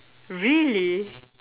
really